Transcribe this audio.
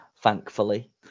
thankfully